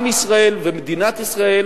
עם ישראל ומדינת ישראל